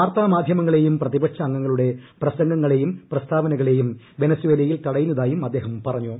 വാർത്താ മാധ്യമങ്ങളെയും പ്രതിപക്ഷ അംഗങ്ങളുടെ പ്രസംഗങ്ങളേയും പ്രസ്താവ്ന്റ്ക്ളേയും വെനസ്വേലയിൽ തടയുന്നതായും അദ്ദേഹൃ പുറിഞ്ഞു